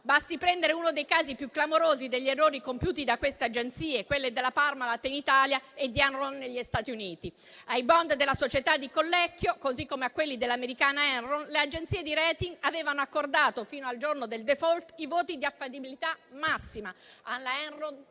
Basti prendere uno dei casi più clamorosi tra gli errori compiuti da queste agenzie, come quelle della Parmalat in Italia o di Enron negli Stati Uniti. Ai *bond* della società di Collecchio, come a quelli dell'americana Enron le agenzie di *rating* avevano accordato, fino al giorno del *default*, i voti di affabilità massima: alla Enron